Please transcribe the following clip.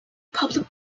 public